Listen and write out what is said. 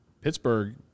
Pittsburgh